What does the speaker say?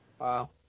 Wow